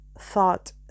thought